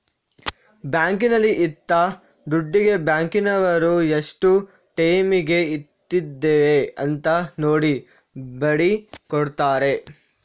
ಬ್ಯಾಂಕಿನಲ್ಲಿ ಇಟ್ಟ ದುಡ್ಡಿಗೆ ಬ್ಯಾಂಕಿನವರು ಎಷ್ಟು ಟೈಮಿಗೆ ಇಟ್ಟಿದ್ದೇವೆ ಅಂತ ನೋಡಿ ಬಡ್ಡಿ ಕೊಡ್ತಾರೆ